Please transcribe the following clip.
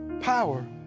power